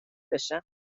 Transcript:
بشم